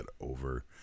over